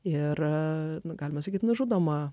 ir galima sakyti nužudoma